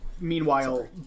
Meanwhile